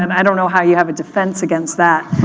and i don't know how you have a defense against that.